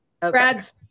Brad's